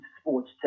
sports